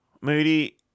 Moody